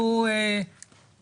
אנחנו מבקשים